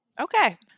Okay